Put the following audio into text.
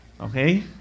Okay